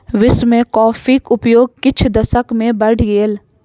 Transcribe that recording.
विश्व में कॉफ़ीक उपयोग किछ दशक में बैढ़ गेल